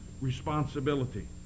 responsibility